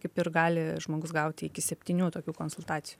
kaip ir gali žmogus gauti iki septynių tokių konsultacijų